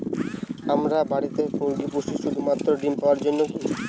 আমরা বাড়িতে মুরগি পুষি শুধু মাত্র ডিম পাওয়ার জন্যই কী?